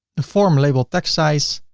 the form label text size,